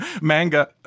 manga